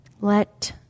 Let